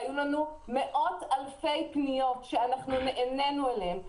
והיו לנו מאות אלפי פניות שנענינו להן.